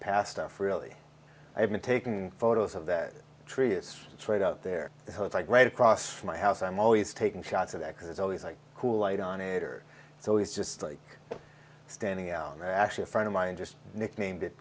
past off really i've been taking photos of that tree it's straight out there like right across my house i'm always taking shots of that because it's always like cool light on it or it's always just like standing out there actually a friend of mine just nicknamed it